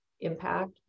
impact